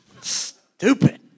Stupid